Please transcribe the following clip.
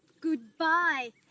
Goodbye